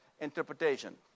interpretation